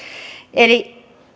eli